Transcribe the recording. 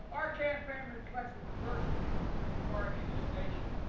our campaign reflects the diversity of this party and this nation.